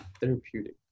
therapeutic